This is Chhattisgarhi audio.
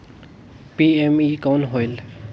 पी.एम.ई कौन होयल?